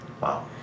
Wow